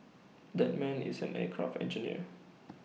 that man is an aircraft engineer